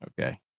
Okay